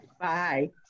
Bye